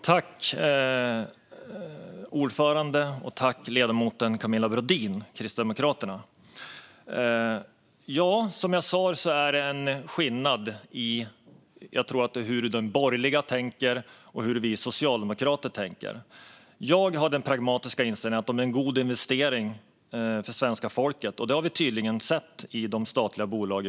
Herr talman! Tack, ledamoten Camilla Brodin från Kristdemokraterna! Som jag sa tror jag att det finns en skillnad mellan hur de borgerliga tänker och hur vi socialdemokrater tänker. Jag har den pragmatiska inställningen att det handlar om goda investeringar för svenska folket, och det har vi tydligt sett i våra statliga bolag.